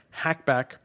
hackback